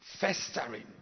festering